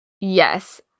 Yes